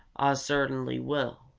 cert'nly will.